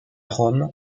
rome